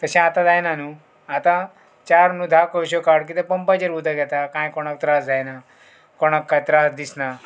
तशें आतां जायना न्हू आतां चार न्हू धा कळश्यो काड कितें पंपाचेर उदक येता कांय कोणाक त्रास जायना कोणाक कांय त्रास दिसना